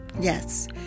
Yes